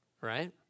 right